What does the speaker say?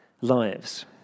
lives